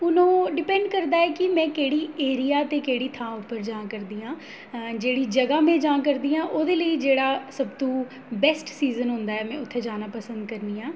हून ओह् डिपैंड करदा ऐ कि में केह्ड़ी एरिया ते केह्ड़ी थांह् पर जा करदी आं जेह्ड़ी जगह् में जा करदी आं ओह्दे लेई जेह्ड़ा सबतों बेस्ट सीज़न होंदा ऐ में उत्थै जाना पसंद करनी आं